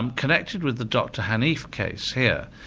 um connected with the dr haneef case here,